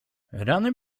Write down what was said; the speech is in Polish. rany